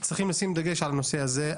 צריכים לשים דגש על הנושא הזה.